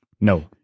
No